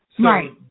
Right